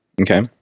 Okay